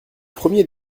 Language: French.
premier